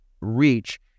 Reach